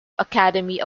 academy